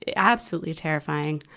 absolutely terrifying.